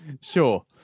Sure